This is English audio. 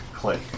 click